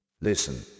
listen